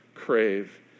Crave